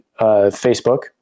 Facebook